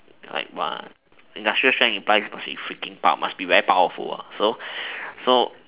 like what industrial strength implies must be freaking power must be very powerful so